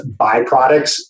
byproducts